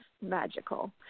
magical